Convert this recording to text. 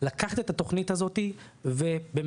לקחת את התוכנית הזאתי וליצור